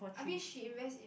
I mean she invest in